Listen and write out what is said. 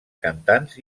cantants